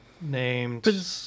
named